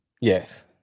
Yes